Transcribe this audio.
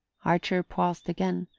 archer paused again,